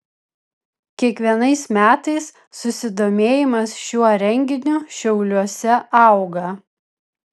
kiekvienais metais susidomėjimas šiuo renginiu šiauliuose auga